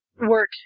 work